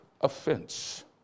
offense